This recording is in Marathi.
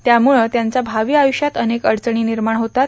त्यामुळं त्यांच्या भावी आयुष्यात अनेक अडचणी निर्माण होतात